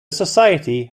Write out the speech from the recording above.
society